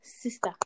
sister